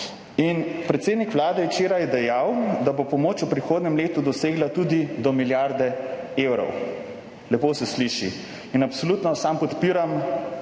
In predsednik Vlade je včeraj dejal, da bo pomoč v prihodnjem letu dosegla tudi do milijarde evrov. Lepo se sliši in absolutno sam podpiram